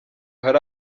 hari